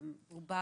הוא בא